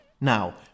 Now